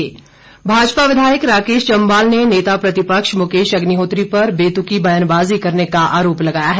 राकेश जम्वाल भाजपा विधायक राकेश जम्वाल ने नेता प्रतिपक्ष मुकेश अग्निहोत्री पर बेतुकी ब्यानबाजी करने का आरोप लगाया है